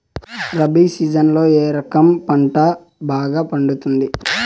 రబి సీజన్లలో ఏ రకం పంట బాగా పండుతుంది